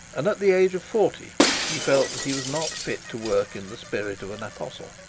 and at the age of forty he felt that he was not fit to work in the spirit of an apostle.